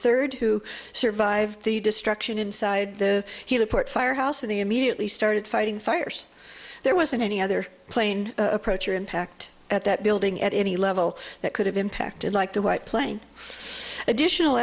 third who survived the destruction inside the heliport fire house in the immediately started fighting fires there wasn't any other plane approach or impact at that building at any level that could have impacted like the white plane additional